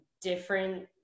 different